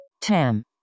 tam